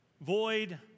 void